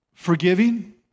Forgiving